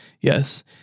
Yes